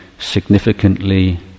significantly